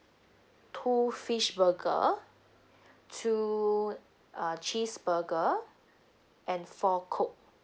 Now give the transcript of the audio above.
two fish burger two uh cheese burger and four coke